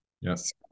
Yes